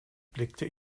blickte